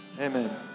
Amen